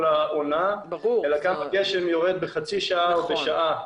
העונה אלא כמה גשם יורד בחצי שעה או בשעה.